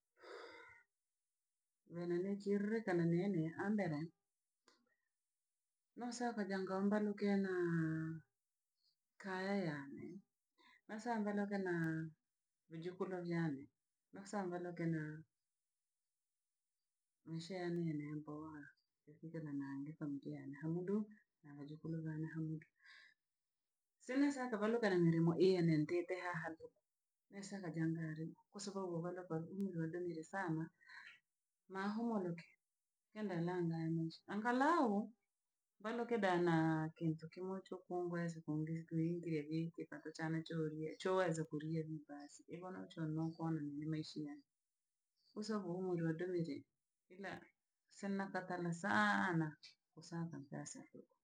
venye nekyerekana nene ambele, noosaka vya ngombanike naha kaya yane no saa nvaluke na vajukulu vyaane, noo saa nvaluke na meisha yaane yaboha ekute na nangipa mgeha na hamudu na bhajukulu vaane hamudu. Sii nee sake valuke na milemo iihi yane nitiite haha doho nesaka jangale kwasababu ovaloka ni iwandanile sama, maholoke kenda ilanganije, angalau mvaluke da na akintu kimo choku uwezi kumringi ringire ye kipato chaane choorye chooweza kuryari basi igo no chonokonduishi kwasababu umri wadomire ila senatatana saana osankampyasakoko